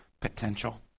potential